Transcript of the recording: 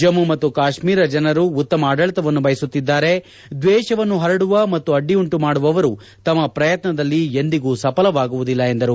ಜಮ್ಮ ಮತ್ತು ಕಾಶ್ಮೀರ ಜನರು ಉತ್ತಮ ಆಡಳತವನ್ನು ಬಯಸುತ್ತಿದ್ದಾರೆ ದ್ವೇಷವನ್ನು ಪರಡುವ ಮತ್ತು ಅಡ್ಡಿ ಉಂಟು ಮಾಡುವವವರು ತಮ್ಮ ಶ್ರಯತ್ನದಲ್ಲಿ ಸಫಲವಾಗುವುದಿಲ್ಲ ಎಂದರು